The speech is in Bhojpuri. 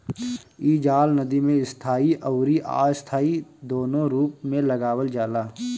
इ जाल नदी में स्थाई अउरी अस्थाई दूनो रूप में लगावल जाला